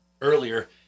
earlier